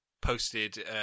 posted